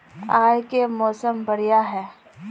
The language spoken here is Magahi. आय के मौसम बढ़िया है?